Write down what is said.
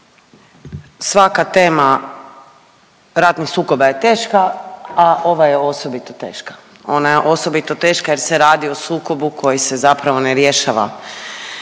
svaka tema ratnih sukoba je teška, a ovo je osobito teška. Ona je osobito teška jer se radi o sukobu koji se zapravo ne rješava